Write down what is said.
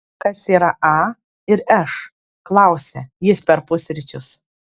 kas yra a ir š klausia jis per pusryčius